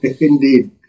indeed